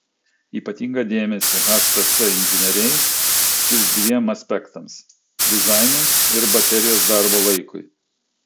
ypatingą dėmesį htc inžinieriai skirs dviem aspektams dizainui ir baterijos darbo laikui